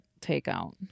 takeout